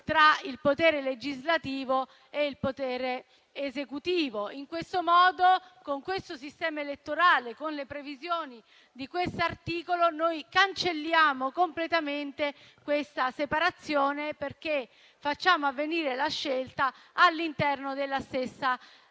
tra il potere legislativo e quello esecutivo. In questo modo, con questo sistema elettorale, con le previsioni di questo articolo, noi cancelliamo completamente tale separazione, perché facciamo avvenire la scelta all'interno della stessa elezione